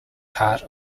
part